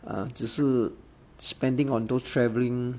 ah 只是 spending on those travelling